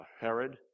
Herod